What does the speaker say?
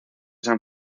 san